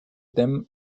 them